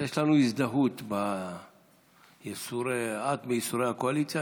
אז יש לנו הזדהות: את בייסורי הקואליציה,